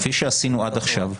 כפי שעשינו עד עכשיו,